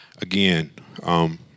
again